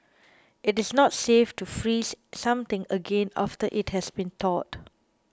it is not safe to freeze something again after it has been thawed